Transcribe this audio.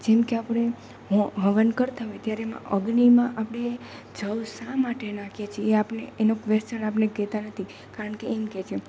જેમકે આપણે હવન કરતાં હોઇએ ત્યારે એમાં અગ્નિમાં આપણે જવ શા માટે નાખીએ છીએ એ આપણે એનો ક્વેશ્ચન આપણે કહેતા નથી કારણ કે એમ કહે છે